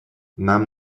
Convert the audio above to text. нам